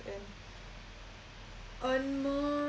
and earn more